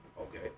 Okay